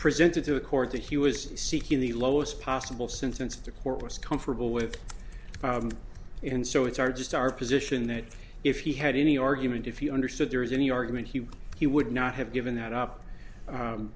presented to the court that he was seeking the lowest possible sentence the court was comfortable with and so it's our just our position that if he had any argument if you understood there is any argument he he would not have given that up